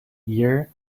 year